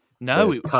No